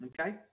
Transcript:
Okay